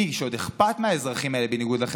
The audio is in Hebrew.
אני, שעוד אכפת לי מהאזרחים האלה, בניגוד לכם,